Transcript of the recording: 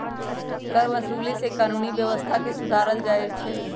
करवसूली से कानूनी व्यवस्था के सुधारल जाहई